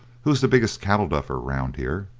who is the biggest cattle duffer round here,